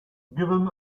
given